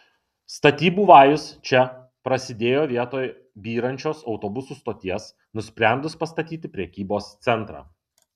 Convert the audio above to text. statybų vajus čia prasidėjo vietoj byrančios autobusų stoties nusprendus pastatyti prekybos centrą